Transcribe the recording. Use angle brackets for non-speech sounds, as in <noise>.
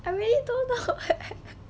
I really don't kn~ <laughs>